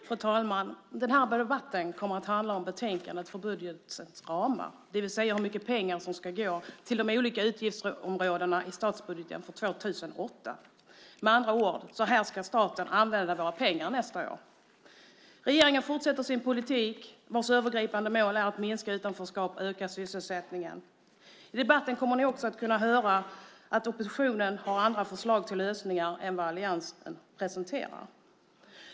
Fru talman! Den här debatten kommer att handla om betänkandet om budgetens ramar, det vill säga hur mycket pengar som ska gå till de olika utgiftsområdena i statsbudgeten för 2008. Med andra ord: Så här ska staten använda våra pengar nästa år. Regeringen fortsätter sin politik vars övergripande mål är att minska utanförskapet och öka sysselsättningen. I debatten kommer ni också att kunna höra att oppositionen har andra förslag till lösningar än alliansen presenterar.